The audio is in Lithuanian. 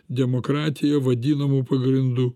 demokratija vadinama pagrindų